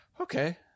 okay